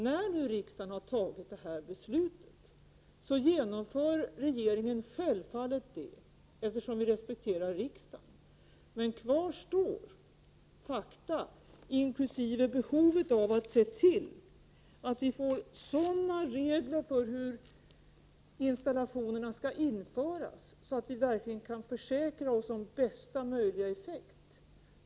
När nu riksdagen har fattat detta beslut kommer regeringen självfallet att genomföra det, eftersom vi respekterar riksdagen. Men kvar står fakta, bl.a. beträffande behovet av att få sådana regler för hur installationerna skall införas som verkligen kan tillförsäkra oss bästa möjliga effekt.